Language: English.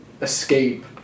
escape